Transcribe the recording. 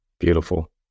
Beautiful